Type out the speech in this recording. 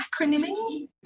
Acronyming